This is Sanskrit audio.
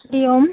हरिः ओम्